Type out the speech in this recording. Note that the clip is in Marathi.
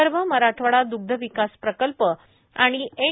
विदर्भ मराठवाडा द्ग्ध विकास प्रकल्प आणि एन